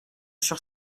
sur